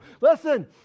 Listen